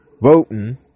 voting